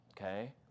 okay